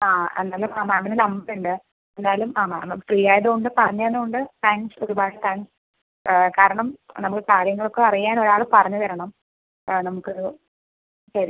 ആ എന്നാലും ആ മാമിൻ്റ നമ്പർ ഉണ്ട് എന്തായാലും ആ മാം ഫ്രീ ആയതുകൊണ്ട് പറഞ്ഞു തന്നതുകൊണ്ട് താങ്ക്സ് ഒരുപാട് താങ്ക്സ് കാരണം നമ്മൾക്ക് കാര്യങ്ങളൊക്കെ അറിയാൻ ഒരാൾ പറഞ്ഞു തരണം നമുക്ക് ശരി